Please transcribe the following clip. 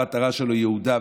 המטרה שלו היא יהודה,